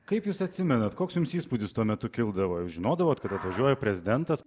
kaip jūs atsimenat koks jums įspūdis tuo metu kildavo jūs žinodavot kad atvažiuoja prezidentas